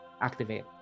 activate